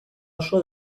oso